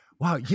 Wow